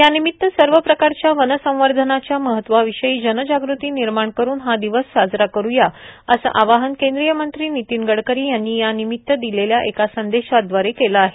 यानिमित्त सर्व प्रकारच्या वन संवर्धनाच्या महत्वाविषयी जनजागृती निर्माण करून हा दिवस साजरा करूया असं आवाहन केंद्रीय मंत्री नितीन गडकरी यांनी या निमित्त एका श्भेच्छा संदेशादवारे केलं आहे